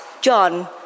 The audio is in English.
John